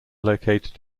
located